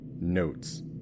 Notes